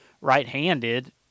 right-handed